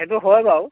সেইটো হয় বাউ